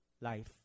life